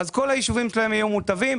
כל היישובים שלהן יהיו מוטבים.